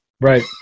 Right